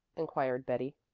inquired betty.